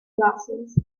glasses